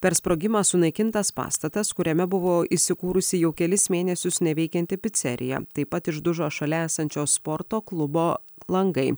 per sprogimą sunaikintas pastatas kuriame buvo įsikūrusi jau kelis mėnesius neveikianti picerija taip pat išdužo šalia esančio sporto klubo langai